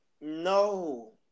No